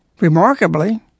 Remarkably